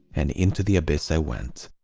and into the abyss i went.